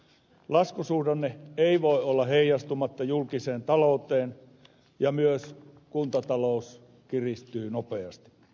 laskusuhdanne ei voi olla heijastumatta julkiseen talouteen ja myös kuntatalous kiristyy nopeasti